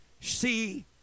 see